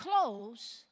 close